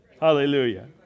Hallelujah